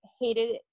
hated